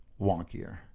wonkier